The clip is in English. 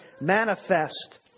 manifest